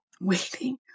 Waiting